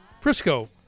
Frisco